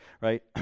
right